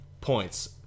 points